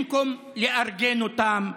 במקום לארגן אותם,